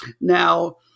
Now